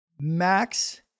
Max